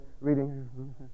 reading